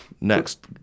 Next